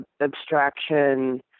abstraction